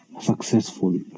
successful